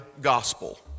gospel